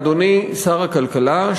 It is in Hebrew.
אדוני שר הכלכלה,